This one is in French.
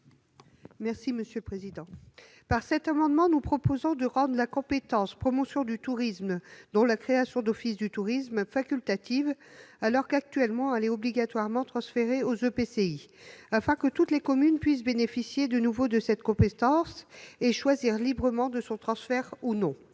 Mme Michelle Gréaume. Par cet amendement, nous proposons de rendre la compétence « promotion du tourisme, dont la création d'offices du tourisme » facultative, alors qu'actuellement elle est obligatoirement transférée aux EPCI, afin que toutes les communes puissent bénéficier de nouveau de cette compétence et décider librement de son transfert ou non.